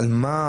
על מה?